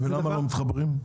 ולמה לא מתחברים?